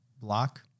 block